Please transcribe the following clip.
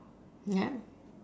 ya